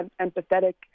empathetic